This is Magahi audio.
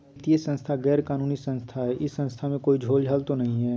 वित्तीय संस्था गैर कानूनी संस्था है इस संस्था में कोई झोलझाल तो नहीं है?